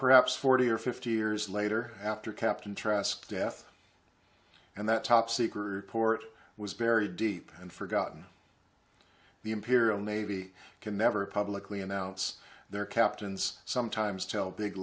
perhaps forty or fifty years later after captain trask death and that top secret report was buried deep and forgotten the imperial navy can never publicly announce their captains sometimes tell big